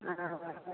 अहाँके आवाज कम अइ